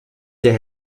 der